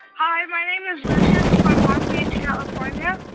hi, my name is lucius from long beach, calif. um yeah